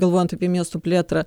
galvojant apie miestų plėtrą